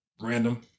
random